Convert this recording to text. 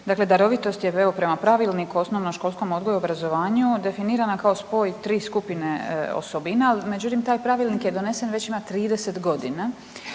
Dakle, darovitost je evo prema Pravilniku o osnovnoškolskom odgoju i obrazovanju definirana kao spoj tri skupine osobina. Ali međutim, taj Pravilnik je donesen već na 30 godina.